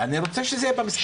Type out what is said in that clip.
אני רוצה שזה יהיה במשחק.